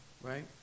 Right